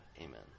Amen